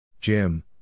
Jim